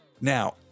Now